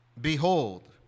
behold